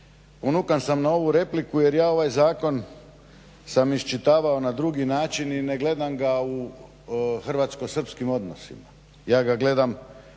ponukan sam na ovu repliku jer ja ovaj zakon sam iščitavao na drugi način i ne gledam ga u hrvatsko-srpskim odnosima. Ja ga gledam